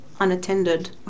unattended